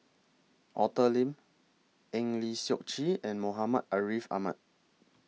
Arthur Lim Eng Lee Seok Chee and Muhammad Ariff Ahmad